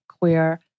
queer